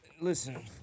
listen